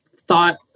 thought